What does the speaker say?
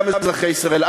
גם אזרחי ישראל,